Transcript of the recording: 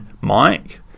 Mike